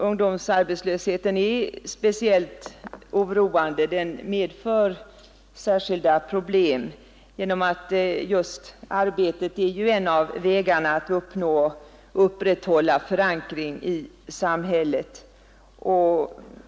Ungdomsarbetslösheten är speciellt oroande — den medför särskilda problem genom att arbetet är en av vägarna att uppnå och upprätthålla förankring i samhället.